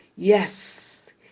yes